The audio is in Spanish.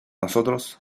nosotros